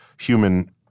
human